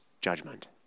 judgment